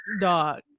Dog